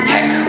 Heck